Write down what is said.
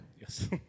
Yes